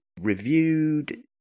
reviewed